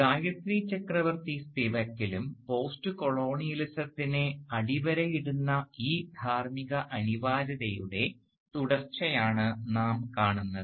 ഗായത്രി ചക്രവർത്തി സ്പിവക്കിലും പോസ്റ്റ് കൊളോണിയലിസത്തിനെ അടിവരയിടുന്ന ഈ ധാർമ്മിക അനിവാര്യതയുടെ തുടർച്ചയാണ് നാം കാണുന്നത്